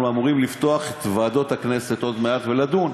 אנחנו אמורים לפתוח את ועדות הכנסת עוד מעט ולדון.